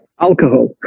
alcohol